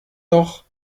doch